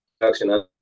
production